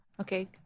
Okay